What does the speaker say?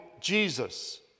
Jesus